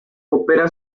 opera